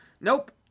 Nope